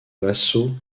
vassaux